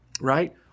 right